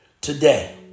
Today